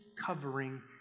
covering